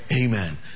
Amen